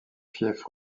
fief